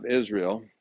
Israel